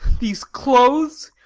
these clothes,